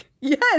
Yes